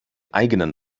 eigenen